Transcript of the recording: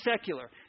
secular